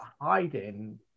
hiding